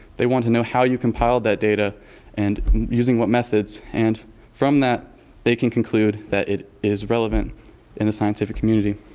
they want to know how you compiled that data and using what methods. and from that they can conclude that it is relevant in the scientific community.